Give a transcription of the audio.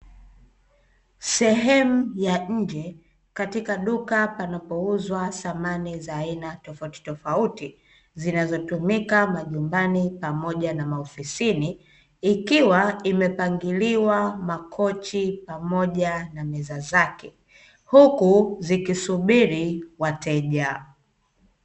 Sehemu ya nje katika duka panapouzwa samani za aina tofautitofauti; zinazotumika majumbani pamoja na maofisini, ikiwa imepangiliwa, makochi pamoja na meza zake huku zikisubiri wateja.